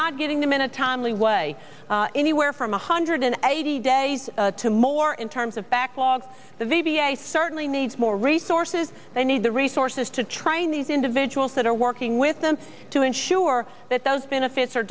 not getting them in a timely way anywhere from a hundred and eighty days to more in terms of backlog the v a certainly needs more resources they need the resources to train these individuals that are working with them to ensure that those benefits are